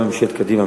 גם ממשלת קדימה,